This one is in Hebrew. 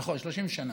נכון, 30 שנה.